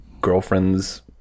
girlfriend's